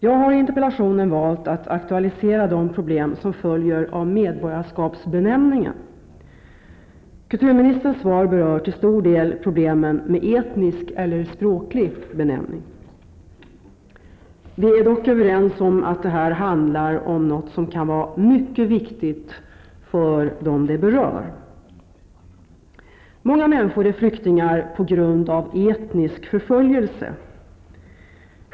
Jag har i interpellationen valt att aktualisera de problem som följer av medborgarskapsbenämningen. Kulturministerns svar berör till stor del problemen med etnisk eller språklig benämning. Vi är dock överens om att det här handlar om något som kan vara mycket viktigt för dem det berör. Många människor är flyktingar på grund av etnisk förföljelse.